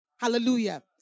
Hallelujah